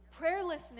Prayerlessness